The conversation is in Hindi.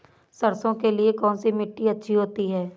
सरसो के लिए कौन सी मिट्टी अच्छी होती है?